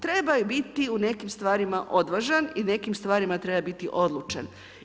Treba biti u nekim stvarima odvažan i u nekim stvarima treba biti odlučan.